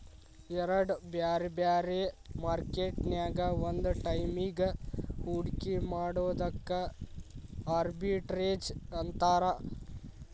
ಎರಡ್ ಬ್ಯಾರೆ ಬ್ಯಾರೆ ಮಾರ್ಕೆಟ್ ನ್ಯಾಗ್ ಒಂದ ಟೈಮಿಗ್ ಹೂಡ್ಕಿ ಮಾಡೊದಕ್ಕ ಆರ್ಬಿಟ್ರೇಜ್ ಅಂತಾರ